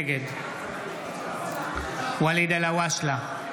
נגד ואליד אלהואשלה,